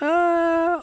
हो